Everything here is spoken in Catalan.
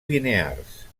linears